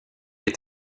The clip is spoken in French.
est